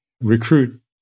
recruit